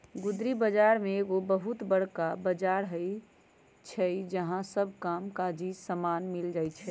गुदरी बजार में एगो बहुत बरका बजार होइ छइ जहा सब काम काजी समान मिल जाइ छइ